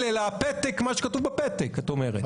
אלא הפתק, מה כתוב בפתק, את אומרת.